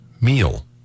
meal